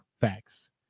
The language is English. Facts